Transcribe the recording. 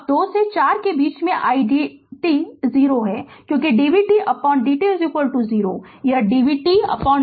अब 2 से 4 के बीच i t 0 है क्योंकि dvtdt 0 यह dvtdt 0